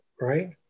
right